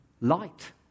Light